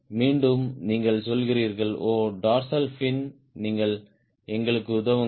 மீண்டும் நீங்கள் சொல்கிறீர்கள் ஓ டார்சல் ஃபின் நீங்கள் எங்களுக்கு உதவுங்கள்